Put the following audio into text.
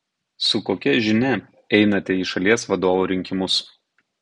su kokia žinia einate į šalies vadovo rinkimus